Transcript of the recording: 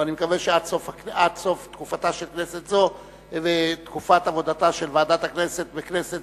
אני מקווה שעד סוף תקופת כנסת זו ותקופת עבודתה של ועדת הכנסת בכנסת